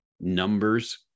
numbers